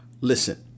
Listen